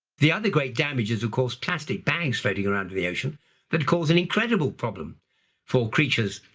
the other great damage is of course plastic bags floating around the ocean that cause an incredible problem for creatures.